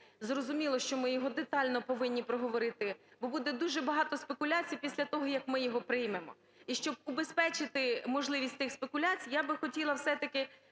Зрозуміло, що ми його детально повинні проговорити, бо буде дуже багато спекуляцій після того, як ми його приймемо. І щоб убезпечити можливість тих спекуляцій, я би хотіла все-таки